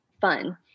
fun